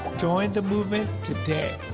join the movement today.